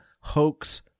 Hoax